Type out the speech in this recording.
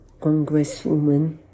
congresswoman